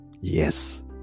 Yes